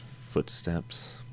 footsteps